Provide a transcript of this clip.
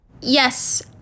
Yes